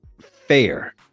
fair